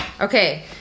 Okay